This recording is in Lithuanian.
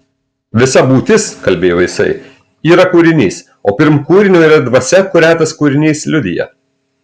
visa būtis kalbėjo jisai yra kūrinys o pirm kūrinio yra dvasia kurią tas kūrinys liudija